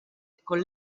con